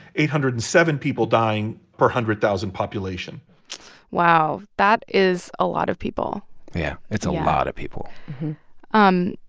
eight hundred and seven people dying per one hundred thousand population wow, that is a lot of people yeah, it's a lot of people um